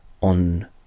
on